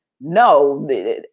no